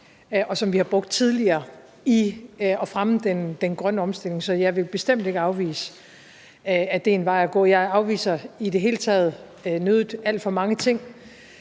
og som vi har brugt tidligere til at fremme den grønne omstilling. Så jeg vil bestemt ikke afvise, at det er en vej at gå. Jeg afviser i det hele taget nødigt alt for mange ting,